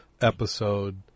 episode